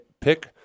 pick